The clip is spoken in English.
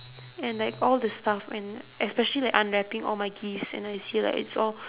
and like all the stuff and especially like unwrapping all my gifts when I see like it's all